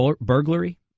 burglary